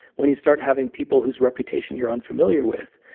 when you start having people whose reputation you're unfamiliar with,